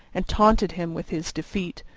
and taunted him with his defeat.